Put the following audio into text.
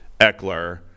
Eckler